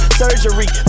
surgery